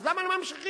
אז למה הם ממשיכים?